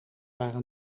waren